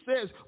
says